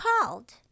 called